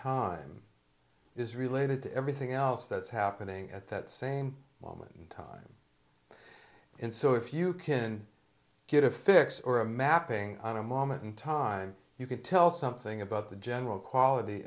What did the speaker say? time is related to everything else that's happening at that same moment in time and so if you can get a fix or a mapping on a moment in time you could tell something about the general quality